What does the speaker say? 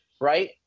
right